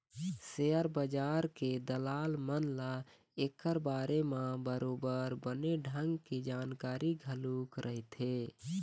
share बजार के दलाल मन ल ऐखर बारे म बरोबर बने ढंग के जानकारी घलोक रहिथे